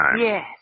Yes